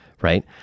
right